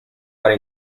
para